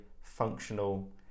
functional